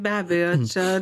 be abejo čia